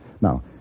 Now